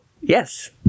yes